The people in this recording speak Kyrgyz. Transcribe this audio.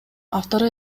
автору